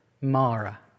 Mara